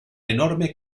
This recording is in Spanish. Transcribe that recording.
enorme